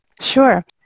Sure